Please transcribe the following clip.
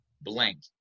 blank